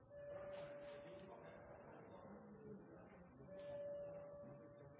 Det